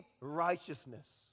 righteousness